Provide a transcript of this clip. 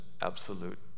absolute